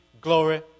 glory